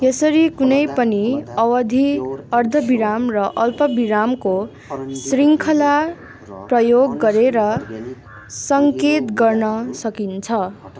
यसरी कुनै पनि अवधि अर्धविराम र अल्पविरामको शृङ्खला प्रयोग गरेर सङ्केत गर्न सकिन्छ